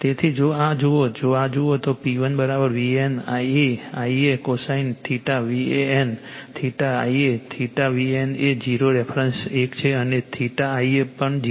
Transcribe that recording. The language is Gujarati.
તેથી જો આ જુઓ જો આ જુઓ તો P1 VAN A Ia cosine VAN Ia VAN એ 0 રેફરન્સ એક છે અને Ia પણ 0 છે